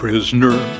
Prisoner